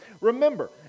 Remember